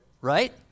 right